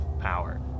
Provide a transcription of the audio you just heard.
power